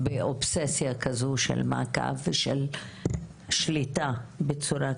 אני אשמח לשמוע מה זאת אומרת כאשר מגיעים ואומרים יש לי,